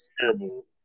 terrible